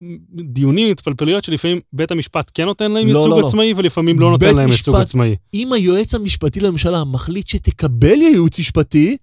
דיונים, התפלפלויות שלפעמים בית המשפט כן נותן להם ייצוג עצמאי, ולפעמים לא נותן להם ייצוג עצמאי. אם היועץ המשפטי לממשלה מחליט שתקבל ייעוץ השפטי...